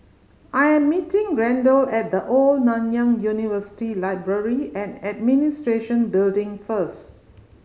I'm meeting Randle at The Old Nanyang University Library and Administration Building first